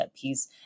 piece